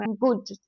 good